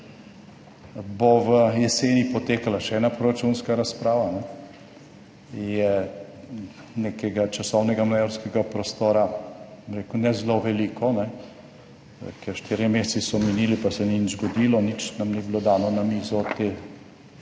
bo v jeseni potekala še ena proračunska razprava, je nekega časovnega manevrskega prostora, bom rekel, ne zelo veliko, ker štirje meseci so minili, pa se ni nič zgodilo, nič nam ni bilo dano na mizo te